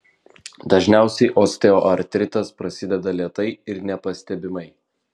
dažniausiai osteoartritas prasideda lėtai ir nepastebimai